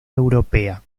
europea